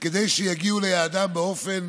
כדי שיגיעו ליעדם באופן